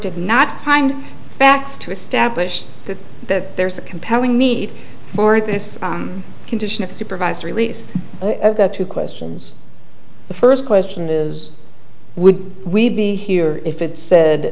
did not find facts to establish that there's a compelling need for this condition of supervised release of the two questions the first question is would we be here if it said